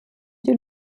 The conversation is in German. die